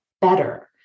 better